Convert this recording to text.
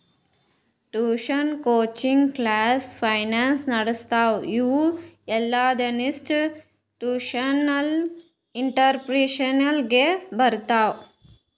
tuition, coaching class, finance ನಡಸದು ಇವು ಎಲ್ಲಾಇನ್ಸ್ಟಿಟ್ಯೂಷನಲ್ ಇಂಟ್ರಪ್ರಿನರ್ಶಿಪ್ ನಾಗೆ ಬರ್ತಾವ್